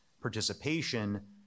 participation